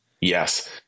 Yes